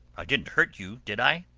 i didn't hurt you, did i?